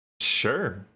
Sure